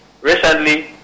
Recently